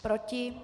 Proti?